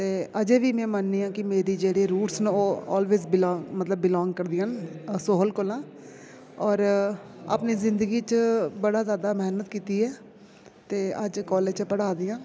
ते अजें बी में मननियां की मेरी जेह्ड़े रूट्स न ओह् ऑलवेज़ बिलॉन्ग करदियां न सोहल कोला होर अपनी ज़िंदगी च बड़ा जादा मैह्नत कीती ऐ ते अज्ज कॉलेज च पढ़ा दियां